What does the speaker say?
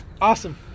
Awesome